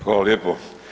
Hvala lijepo.